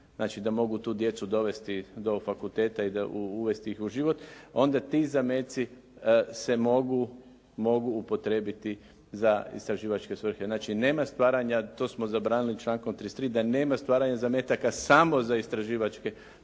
znači da mogu tu djecu dovesti do fakulteta i da, uvesti ih u život onda ti zameci se mogu, mogu upotrijebiti za istraživačke svrhe. Znači nema stvaranja, to smo zabranili člankom 33. da nema stvaranja zametaka samo za istraživačke svrhe